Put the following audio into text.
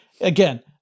again